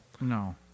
No